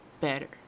better